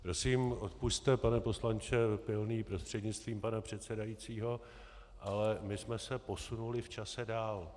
Prosím, odpusťte, pane poslanče prostřednictvím pana předsedajícího, ale my jsme se posunuli v čase dál.